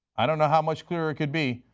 i don't know how much clearer it could be.